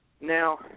Now